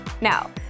Now